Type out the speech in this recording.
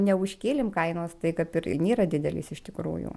neužkėlėm kainos tai kap ir nėra didelės iš tikrųjų